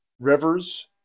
rivers